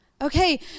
Okay